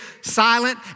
silent